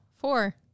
Four